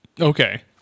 Okay